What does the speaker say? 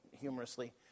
humorously